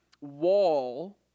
wall